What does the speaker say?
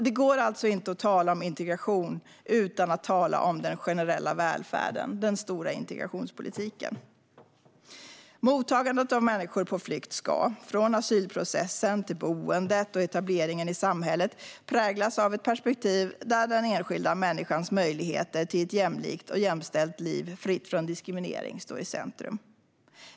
Det går alltså inte att tala om integration utan att tala om den generella välfärden, den stora integrationspolitiken. Mottagandet av människor på flykt ska från asylprocessen till boendet och etableringen i samhället präglas av ett perspektiv där den enskilda människans möjligheter till ett jämlikt och jämställt liv fritt från diskriminering står i centrum.